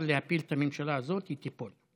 יהיה להפיל את הממשלה הזאת היא תיפול.